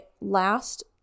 last